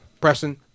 pressing